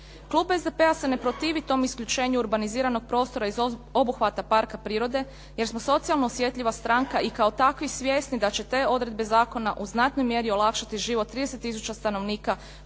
Klub SDP-a se ne protivi tom isključenju urbaniziranog prostora iz obuhvata parka prirode jer smo socijalno osjetljivo stranka i kao takvi svjesni da će te odredbe zakona u znatnoj mjeri olakšati život 30 tisuća stanovnika